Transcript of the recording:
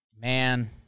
Man